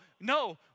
no